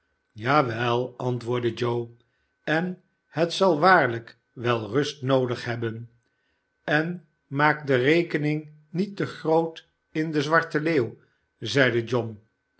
wel antwoordde joe en het zal waarlijk wel rust noodig hebben en maak de rekening niet te groot in de zwarte leeuw zeide john